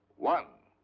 one.